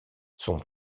son